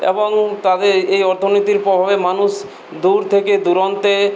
এবং তাদের এই অর্থনীতির প্রভাবে মানুষ দূর থেকে দূরান্তে